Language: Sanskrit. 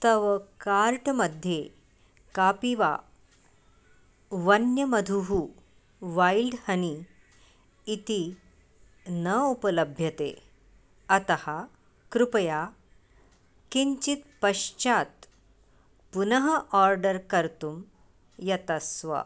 तव कार्ट् मध्ये कापि वा वन्यमधुः वैल्ड् हनी इति न उपलभ्यते अतः कृपया किञ्चित् पश्चात् पुनः आर्डर् कर्तुं यतस्व